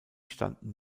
standen